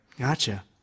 Gotcha